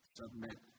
submit